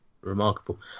Remarkable